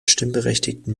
stimmberechtigten